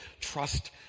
trust